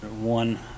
one